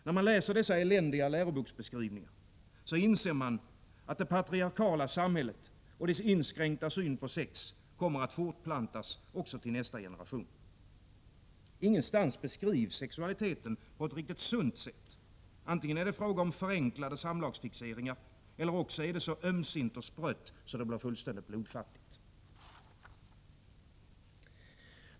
När man läser dessa eländiga läroboksbeskrivningar, inser man att det patriarkala samhället och dess inskränkta syn på sex kommer att fortplantas också till nästa generation. Ingenstans beskrivs sexualiteten på ett riktigt sunt sätt. Antingen är det fråga om förenklade samlagsfixeringar, eller också är det så ömsint och sprött att det blir helt blodfattigt.